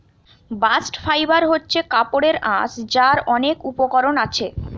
bast fibre হচ্ছে কাপড়ের আঁশ যার অনেক উপকরণ আছে